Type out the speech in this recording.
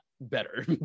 better